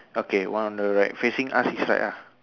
okay one on the right facing us is right ah